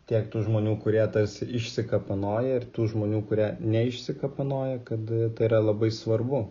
tiek tų žmonių kurie tarsi išsikapanoja ir tų žmonių kurie neišsikapanoja kad tai yra labai svarbu